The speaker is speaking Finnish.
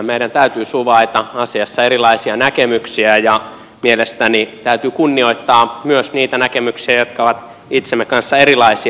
meidän täytyy suvaita asiassa erilaisia näkemyksiä ja mielestäni täytyy kunnioittaa myös niitä näkemyksiä jotka ovat omamme kanssa erilaisia